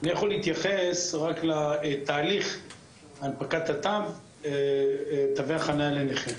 אני יכול להתייחס רק לתהליך הנפקת תווי החניה לנכים.